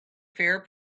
fair